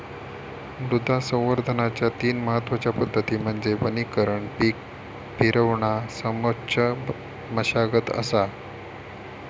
मृदा संवर्धनाच्या तीन महत्वच्या पद्धती म्हणजे वनीकरण पीक फिरवणा समोच्च मशागत असा